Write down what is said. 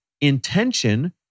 intention